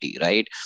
right